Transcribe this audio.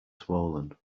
swollen